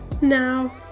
Now